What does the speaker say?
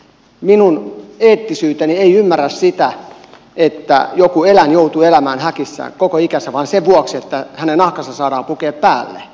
minun eettisyyteni ei ymmärrä sitä että joku eläin joutuu elämään häkissään koko ikänsä vain sen vuoksi että sen nahka saadaan pukea päälle